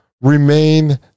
remain